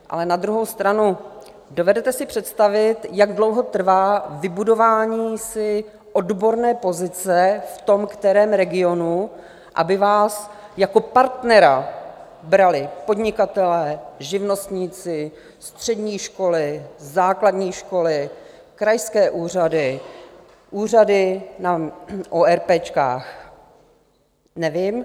Ale na druhou stranu, dovedete si představit, jak dlouho trvá vybudování si odborné pozice v tom kterém regionu, aby vás jako partnera brali podnikatelé, živnostníci, střední školy, základní školy, krajské úřady, úřady na ORP?